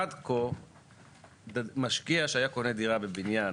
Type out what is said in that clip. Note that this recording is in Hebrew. עד כה משקיע שהיה קונה דירה בבניין